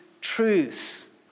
truths